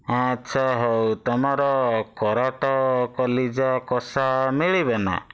ଆଚ୍ଛା ହଉ ତୁମର କରାଟ କଲିଜା କଷା ମିଳିବ ନା